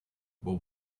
well